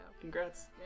Congrats